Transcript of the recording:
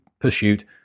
pursuit